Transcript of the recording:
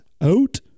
out